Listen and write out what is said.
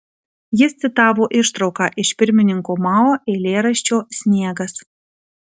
jis citavo ištrauką iš pirmininko mao eilėraščio sniegas